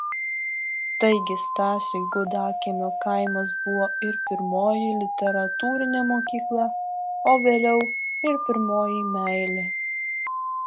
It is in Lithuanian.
taigi stasiui gudakiemio kaimas buvo ir pirmoji literatūrinė mokykla o vėliau ir pirmoji meilė